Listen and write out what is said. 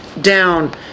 down